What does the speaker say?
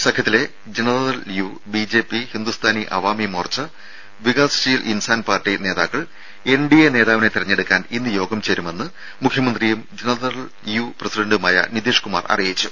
സഖ്യത്തിലെ Janata Dal U BJP Hindustani Awami Morcha Vikassheel Insaan party നേതാക്കൾ NDA നേതാവിനെ തെരഞ്ഞെടുക്കാൻ ഇന്ന് യോഗം ചേരുമെന്ന് മുഖ്യമന്ത്രിയും ജനതാദൾയു പ്രസിഡന്റുമായ നിതീഷ് കുമാർ അറിയിച്ചു